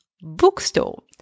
bookstore